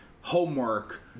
homework